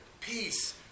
peace